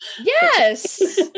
Yes